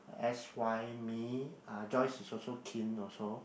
s_y me uh Joyce is also keen also